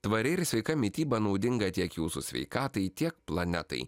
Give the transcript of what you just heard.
tvari ir sveika mityba naudinga tiek jūsų sveikatai tiek planetai